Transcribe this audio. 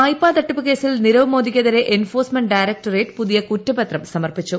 വായ്പാതട്ടിപ്പു കേസിൽ നീരവ് മോദിക്കെതിരെ enforcement directorate പുതിയ കുറ്റപത്രം സമർപ്പിച്ചു